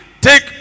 Take